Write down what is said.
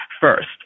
first